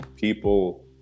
people